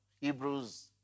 Hebrews